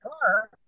car